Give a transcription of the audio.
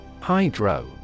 Hydro